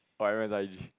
oh M_S_I_G